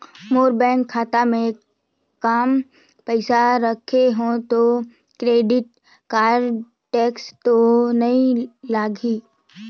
मोर bank खाता मे काम पइसा रखे हो तो क्रेडिट कारड टेक्स तो नइ लाही???